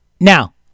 Now